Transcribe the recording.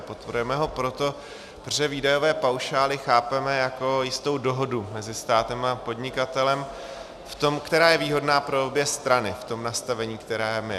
Podporujeme ho, protože výdajové paušály chápeme jako jistou dohodu mezi státem a podnikatelem, která je výhodná pro obě strany v tom nastavení, ve kterém je.